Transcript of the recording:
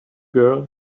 girl